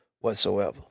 whatsoever